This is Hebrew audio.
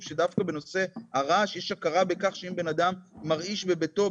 אני מאמינה שכאשר אנחנו הורסים יופי,